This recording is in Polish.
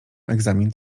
egzamin